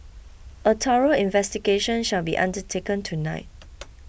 a thorough investigation shall be undertaken tonight